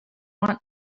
want